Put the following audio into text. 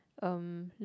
um